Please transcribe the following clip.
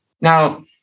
Now